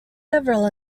several